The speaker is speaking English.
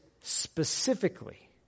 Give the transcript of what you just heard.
specifically